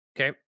Okay